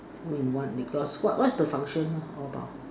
two in one lip gloss what what's the function about